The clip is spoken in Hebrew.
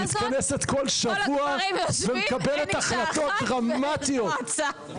כל הגברים יושבים, אין אישה אחת ואין מועצה.